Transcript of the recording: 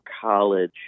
college